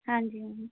हाँ जी